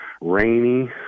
rainy